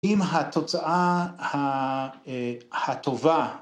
‫עם התוצאה הטובה.